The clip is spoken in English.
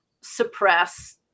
suppress